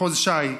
מחוז ש"י,